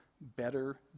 better